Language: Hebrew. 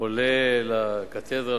עולה לקתדרה,